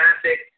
traffic